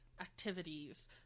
activities